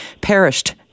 perished